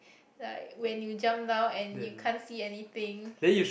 like when you jump down and you can't see anything